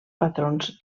patrons